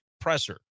presser